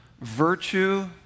virtue